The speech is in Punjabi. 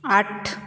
ਅੱਠ